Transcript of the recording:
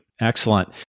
Excellent